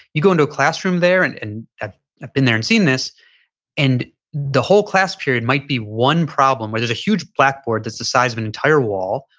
you go into a classroom there. and and ah i've been there and seen this and the whole class period might be one problem where there's a huge blackboard that's the size of an entire wall.